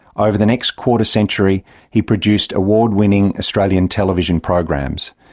over the next quarter-century he produced award-winning australian television programs.